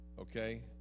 okay